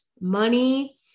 money